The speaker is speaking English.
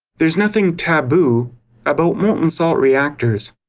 there's nothing taboo about molten salt reactors.